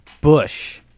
Bush